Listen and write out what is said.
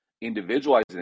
individualizing